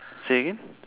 say again